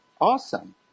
awesome